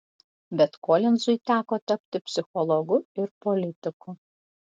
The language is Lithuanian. bet kolinzui teko tapti psichologu ir politiku